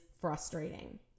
frustrating